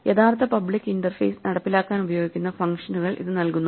യഥാർത്ഥ public interface നടപ്പിലാക്കാൻ ഉപയോഗിക്കുന്ന ഫംഗ്ഷനുകൾ ഇത് നൽകുന്നു